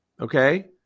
Okay